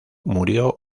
murió